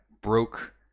broke